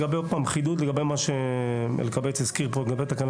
חידוד לגבי מה שאלקבץ הזכיר כאן לגבי תקנה